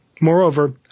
Moreover